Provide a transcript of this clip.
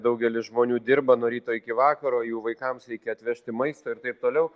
daugelis žmonių dirba nuo ryto iki vakaro jų vaikams reikia atvežti maisto ir taip toliau